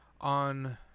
on